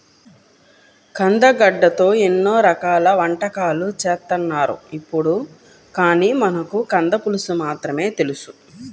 కందగడ్డతో ఎన్నో రకాల వంటకాలు చేత్తన్నారు ఇప్పుడు, కానీ మనకు కంద పులుసు మాత్రమే తెలుసు